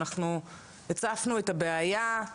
אנחנו הצפנו את הבעיה,